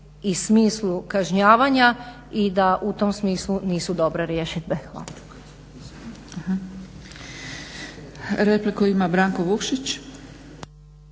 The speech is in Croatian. i smislu kažnjavanja i da u tom smislu nisu dobro riješene. Hvala.